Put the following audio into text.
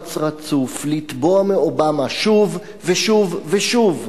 בלחץ רצוף, לתבוע מאובמה שוב ושוב ושוב,